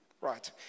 right